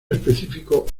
específico